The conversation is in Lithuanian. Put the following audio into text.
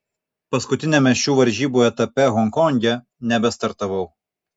paskutiniame šių varžybų etape honkonge nebestartavau